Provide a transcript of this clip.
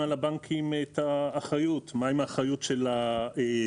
על הבנקים את האחריות ומה עם האחריות של הלקוח?